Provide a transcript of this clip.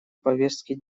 повестки